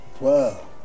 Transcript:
Wow